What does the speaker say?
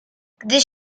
gdy